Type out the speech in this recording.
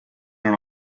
non